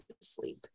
sleep